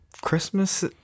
Christmas